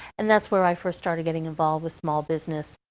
and that's where i first started getting involved with small business.